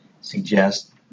suggest